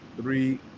Three